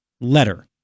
letter